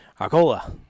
Arcola